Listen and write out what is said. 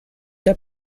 der